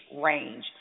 range